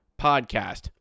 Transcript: Podcast